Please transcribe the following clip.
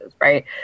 Right